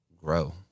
grow